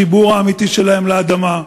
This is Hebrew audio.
החיבור האמיתי שלהם לאדמה.